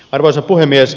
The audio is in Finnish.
arvoisa puhemies